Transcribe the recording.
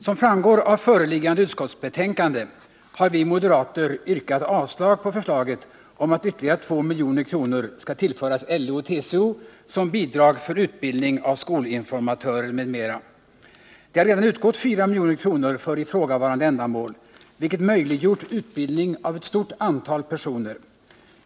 Som framgår av föreliggande utskottsbetänkande har vi moderater yrkat avslag på förslaget om att ytterligare 2 milj.kr. skall tillföras LO och TCO som bidrag för utbildning av skolinformatörer m.m. Det har redan utgått 4 milj.kr. för ifrågavarande ändamål, vilket möjliggjort utbildning av ett stort antal personer.